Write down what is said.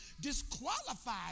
disqualified